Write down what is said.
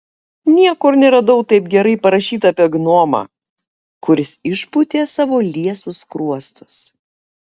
niekur neradau taip gerai parašyta apie gnomą kuris išpūtė savo liesus skruostus